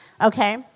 Okay